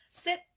sit